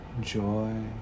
joy